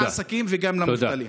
גם לעסקים וגם למובטלים.